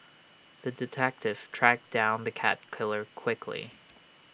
the detective tracked down the cat killer quickly